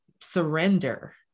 surrender